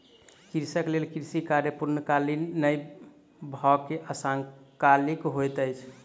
कृषक लेल कृषि कार्य पूर्णकालीक नै भअ के अंशकालिक होइत अछि